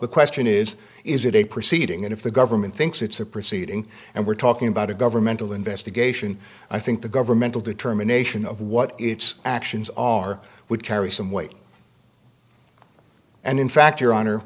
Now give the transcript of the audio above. the question is is it a proceeding and if the government thinks it's a proceeding and we're talking about a governmental investigation i think the governmental determination of what its actions are would carry some weight and in fact